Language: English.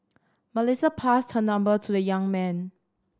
Melissa passed her number to the young man